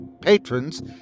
Patrons